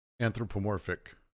anthropomorphic